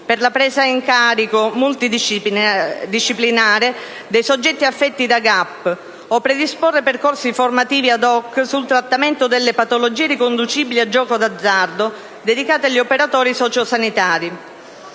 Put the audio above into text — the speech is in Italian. per la presa in carico multidisciplinare dei soggetti affetti da GAP, o predisporre percorsi formativi *ad hoc* sul trattamento delle patologie riconducibili al gioco d'azzardo dedicati agli operatori sociosanitari.